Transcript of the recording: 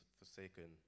forsaken